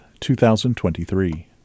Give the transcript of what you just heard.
2023